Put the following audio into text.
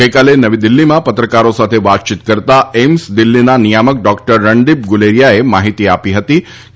ગઈકાલે નવી દિલ્હીમાં પત્રકારો સાથે વાત કરતાં એઈમ્સ દિલ્હીના નિયામક ડોક્ટર રણદીપ ગુલેરિયાએ માહિતી આપી હતી કે